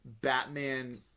Batman